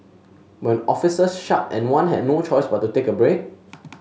when offices shut and one had no choice but to take a break